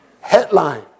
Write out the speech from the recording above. Headline